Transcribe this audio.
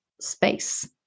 space